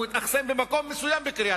הוא התאכסן במקום מסוים בקריית-אתא.